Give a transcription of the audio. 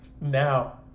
now